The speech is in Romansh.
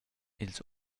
ils